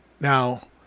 Now